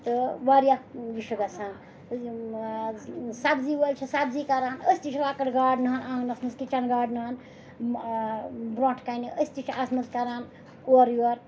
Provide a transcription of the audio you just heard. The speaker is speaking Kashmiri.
تہٕ واریاہ یہِ چھُ گَژھان یِم حظ سَبزی وٲلۍ چھِ سَبزی کَران أسۍ تہِ چھِ لۄکٕٹ گاڈنہٕ ہن آنٛگنَس منٛز کِچَن گاڈنہٕ ہن برٛونٛٹھ کَنہِ أسۍ تہِ چھِ اَتھ منٛز کَران اورٕ یورٕ